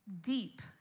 deep